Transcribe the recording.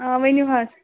آ ؤنِو حظ